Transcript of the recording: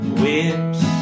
whips